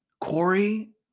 Corey